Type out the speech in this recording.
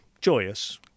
joyous